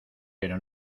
pero